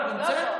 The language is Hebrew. איבדתם את זה.